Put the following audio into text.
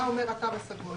מה אומר התו הסגול?